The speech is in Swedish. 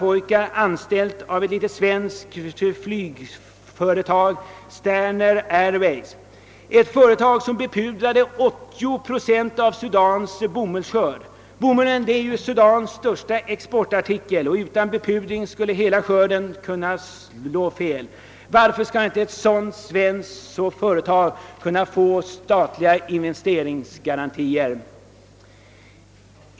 De var anställda vid det svenska flygföretaget Sterner Airways, vilket företag bepudrar 80 procent av Sudans bomullsfält. Bomull är Sudans största exportartikel, och utan bepudring skulle hela skörden lätt kunna slå fel. Varför skall inte ett sådant företag kunna få statliga investeringsgarantier?